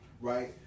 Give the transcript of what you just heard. right